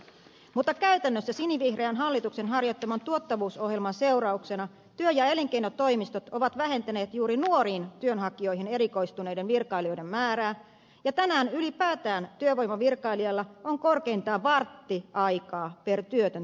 mutta käytännössä sinivihreän hallituksen harjoittaman tuottavuusohjelman seurauksena työ ja elinkeinotoimistot ovat vähentäneet juuri nuoriin työnhakijoihin erikoistuneiden virkailijoiden määrää ja tänään ylipäätään työvoimavirkailijalla on korkeintaan vartti aikaa per työtön työnhakija